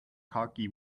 cocky